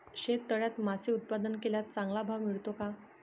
शेततळ्यात मासे उत्पादन केल्यास चांगला भाव मिळतो का?